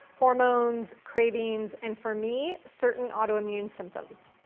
hormones, cravings, and for me, certain autoimmune symptoms.